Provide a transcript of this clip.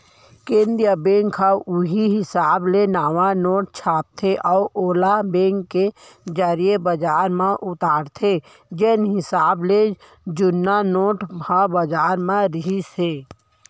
केंद्रीय बेंक ह उहीं हिसाब ले नवा नोट छापथे अउ ओला बेंक के जरिए बजार म उतारथे जेन हिसाब ले जुन्ना नोट ह बजार म रिहिस हे